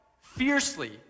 fiercely